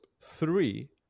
Three